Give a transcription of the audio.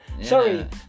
Sorry